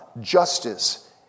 justice